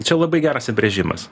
čia labai geras apbrėžimas